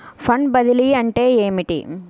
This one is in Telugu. ఫండ్ బదిలీ అంటే ఏమిటి?